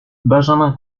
benjamin